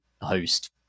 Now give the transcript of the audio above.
host